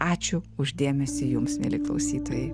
ačiū už dėmesį jums mieli klausytojai